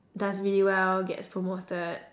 does really well gets promoted